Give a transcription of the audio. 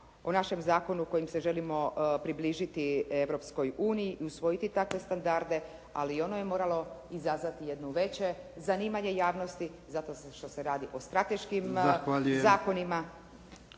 o našem zakonu kojim se želimo približiti Europskoj uniji i usvojiti takve standarde ali i ono je moralo izazvati jedno veće zanimanje javnosti zato što se radi o strateškim zakonima.